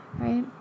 Right